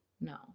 No